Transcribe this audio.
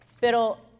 Pero